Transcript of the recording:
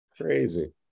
Crazy